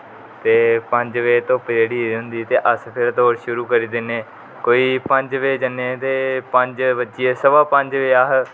ते पंज बजे घुप चढी गेदी होंदी ते अस फिर दौड शुरु करी दिनेकोई पंज बजे जने ते पंज बज्जी ऐ सवा पंज बजे अस